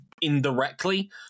indirectly